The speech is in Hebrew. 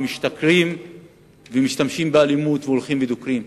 שמשתכרים ומשתמשים באלימות והולכים ודוקרים.